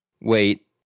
wait